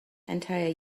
entire